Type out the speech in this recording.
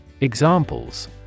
Examples